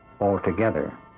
altogether